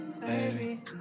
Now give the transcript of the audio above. baby